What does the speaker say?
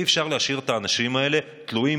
אי-אפשר להשאיר את האנשים האלה תלויים